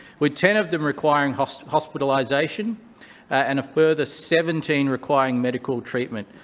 with ten of them requiring ah so hospitalisation and a further seventeen requiring medical treatment.